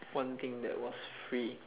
one thing that was free